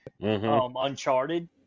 Uncharted